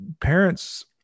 parents